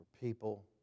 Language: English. people